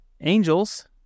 angels